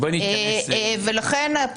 ולכן,